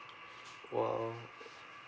!wow!